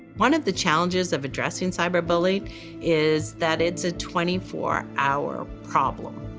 one of the challenges of addressing cyberbullying is that it's a twenty four hour problem.